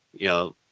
you know,